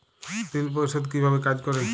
ঋণ পরিশোধ কিভাবে কাজ করে?